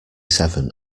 seven